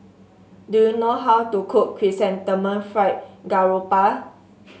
do you know how to cook Chrysanthemum Fried Garoupa